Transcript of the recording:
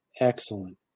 excellent